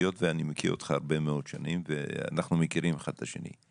היות שאני מכיר אותך הרבה מאוד שנים ואנחנו מכירים אחד את השני,